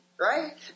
right